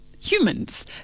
humans